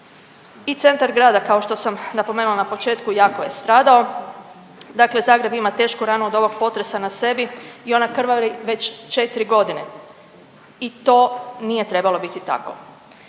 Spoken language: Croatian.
I centar grada kao što sam napomenula na početku jako je stradao. Dakle Zagreb ima tešku ranu od ovog potresa na sebi i ona krvari već 4 godine i to nije trebalo biti tako.